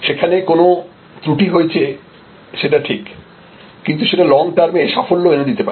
সেখানে কোন ত্রুটি হয়েছে সেটা ঠিক কিন্তু সেটা লং টার্মে এ সাফল্য এনে দিতে পারে